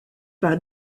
par